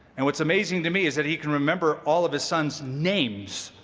and what's amazing to me is that he can remember all of his sons' names